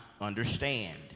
understand